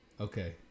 Okay